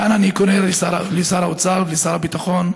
כאן אני קורא לשר האוצר ולשר הביטחון,